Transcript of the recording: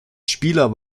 spieler